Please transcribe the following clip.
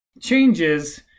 changes